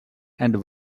and